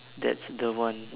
that's the one